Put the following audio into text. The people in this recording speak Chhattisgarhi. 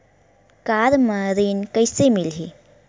कार म ऋण कइसे मिलही?